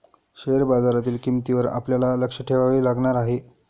share बाजारातील किंमतींवर आपल्याला लक्ष ठेवावे लागणार आहे